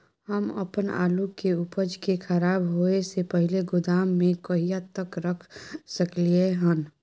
हम अपन आलू के उपज के खराब होय से पहिले गोदाम में कहिया तक रख सकलियै हन?